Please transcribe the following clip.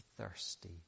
thirsty